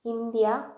India